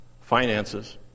finances